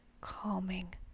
calming